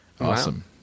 Awesome